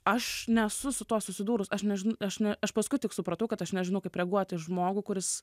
aš nesu su tuo susidūrus aš nežin aš ne aš paskui tik supratau kad aš nežinau kaip reaguoti žmogų kuris